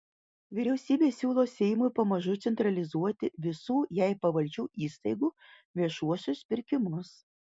vyriausybė siūlo seimui pamažu centralizuoti visų jai pavaldžių įstaigų viešuosius pirkimus